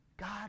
God